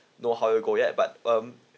know how it'll go yet but um